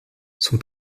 son